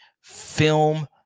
film